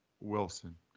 Wilson